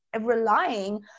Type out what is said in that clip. relying